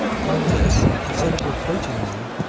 upon this, instead of reproaching me,